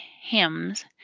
hymns